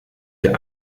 der